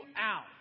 out